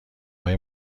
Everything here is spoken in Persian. های